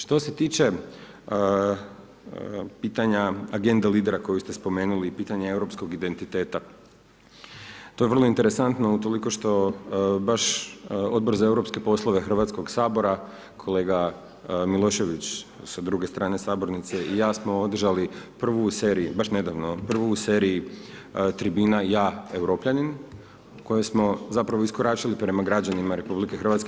Što se tiče pitanja agente lidera koji ste spomenuli pitanja europskog identiteta, to je vrlo interesantno utoliko što baš Odbor za europske poslove Hrvatskoga sabora kolega Milošević s druge strane sabornice i ja samo održali prvu u seriji, baš nedavno prvu u seriji tribina „Ja Europljanin“ koju smo zapravo iskoračili prema građanima RH.